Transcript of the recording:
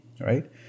right